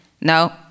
No